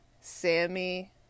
Sammy